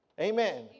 Amen